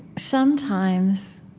sometimes,